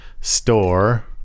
store